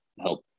help